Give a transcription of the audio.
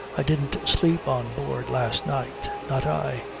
i didn't sleep on board last night. not i.